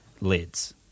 lids